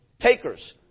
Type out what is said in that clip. takers